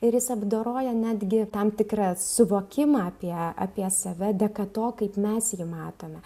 ir jis apdoroja netgi tam tikrą suvokimą apie apie save dėka to kaip mes jį matome